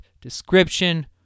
description